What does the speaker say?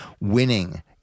winning